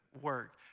work